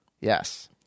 Yes